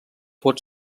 pot